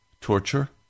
torture